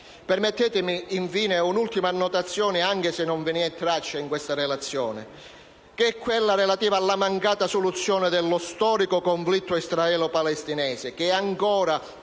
Permettetemi infine un'ultima annotazione, anche se non ve n'è traccia nella risoluzione. Mi riferisco alla mancata soluzione dello storico conflitto israelo‑palestinese, che è ancora